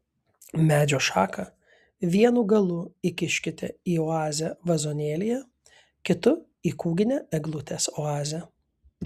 medžio šaką vienu galu įkiškite į oazę vazonėlyje kitu į kūginę eglutės oazę